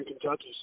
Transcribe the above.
Kentucky